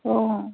অঁ